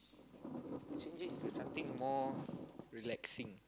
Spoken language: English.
change it to something more relaxing